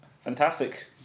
Fantastic